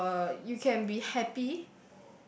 uh you can be happy